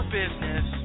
business